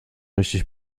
richtig